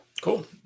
Cool